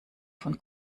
von